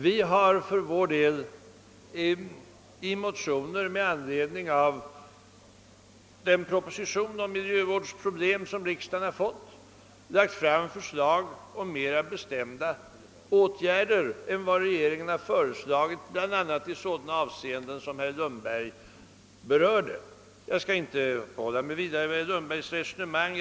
Vi har för vår del i motioner med anledning av den proposition om miljövårdsproblem, som riksdagen fått sig förelagd, framlagt förslag om mera bestämda åtgärder än vad regeringen föreslagit bl.a. i sådana avseenden som herr Lundberg berörde. Jag skall inte närmare uppehålla mig sid herr Lundbergs resonemang.